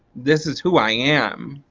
this is who i am.